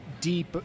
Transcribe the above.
deep